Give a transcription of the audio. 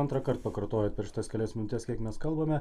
antrąkart pakartojot per šitas kelias minutes kiek mes kalbame